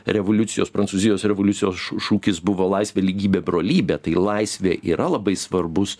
revoliucijos prancūzijos revoliucijos šū šūkis buvo laisvė lygybė brolybė tai laisvė yra labai svarbus